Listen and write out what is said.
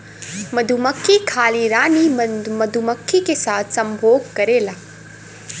मधुमक्खी खाली रानी मधुमक्खी के साथ संभोग करेला